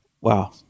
Wow